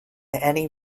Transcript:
any